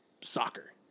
soccer